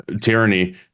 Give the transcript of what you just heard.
tyranny